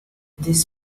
this